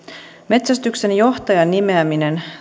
metsästyksenjohtajan nimeäminen